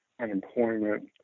unemployment